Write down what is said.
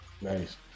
Nice